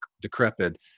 decrepit